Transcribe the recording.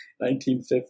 1950